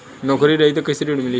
नौकरी रही त कैसे ऋण मिली?